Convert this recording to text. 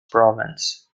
province